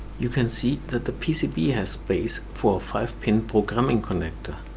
you can see that the pcb has space for a five pin programming connector.